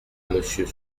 monsieur